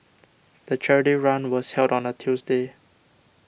the charity run was held on a Tuesday